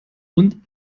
und